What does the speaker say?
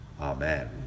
Amen